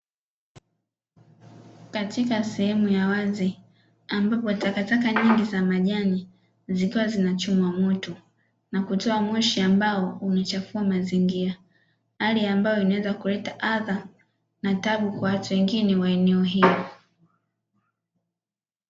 Katika sehemu ya wazi ambapo takataka nyingi za majani zikiwa zinachomwa moto na kutoa moshi ambao unachafua mazingira. Hali ambayo inaweza kuleta adha na tabu kwa watu wengine wa eneo hilo.